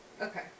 Okay